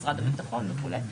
משרד הביטחון וכו',